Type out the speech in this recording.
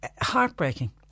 heartbreaking